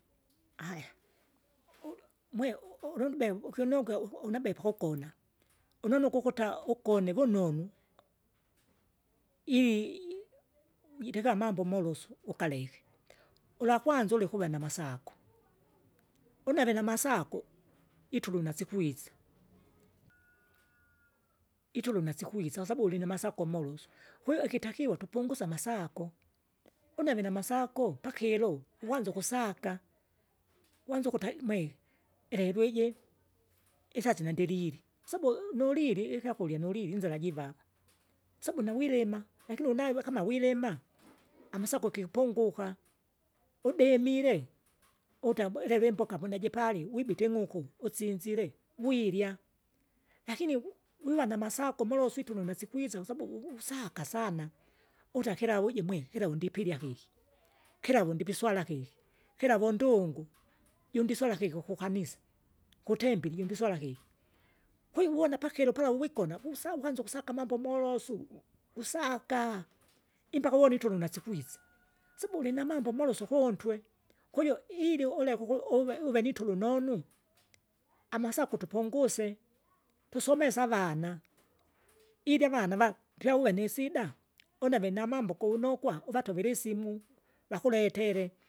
haya, uu- mwe- uulu- ndibe ukinongya unabepo kukona, unono ukukuta ugone vunonu, uitika molosu ukaleke, ulwakwanza ule ukuva namasako, une alinamasako itulo nasikwisa, itulu nasikwisa kwasabau ulinamasako malosu, kwahiyo ikitakiwa tupungusye amasaako, uneve namasako pakilo, uwanze ukusaka uanze ukutai mwe ilelo iji, isasi nandilili, kwasabu nulili ikyakurya nolili inzira jiva. Sabu nawilima, lakini unaiwe kama wilima amasako kipunguka, udemile, uta uleve imboka munajipali wibite ing'uku, usinzire, wirya, lakini wu wiwa namasako molosu itume me sikwisa kwasabu uvu usaka sana uta kilavu uju mwe, kilau ndipilya kiki, kilau ndipiswalakiki, kilavu undungu jundiswala kiki ukukanisa, kutembile ijundiswala kiki, kwiwona pakilo pala wigona wusa wukwanza amambo molosu, usaka, impaka uwone itulo nasikwisa, sibule namambo molosu molosu ukuntwe, kujo ili uleke uku uve uve nitulu nonu, amasako tupunguse. Tusomesa avana, ili avana vala pyauva nisida, unave namambo gounokwa, uvatuvile isimu, vakuletele.